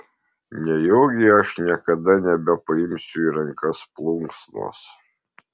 nejaugi aš niekada nebepaimsiu į rankas plunksnos